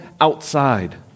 outside